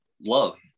love